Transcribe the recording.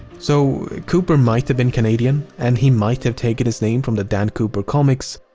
so cooper might have been canadian, and he might have taken his name from the dan cooper comics,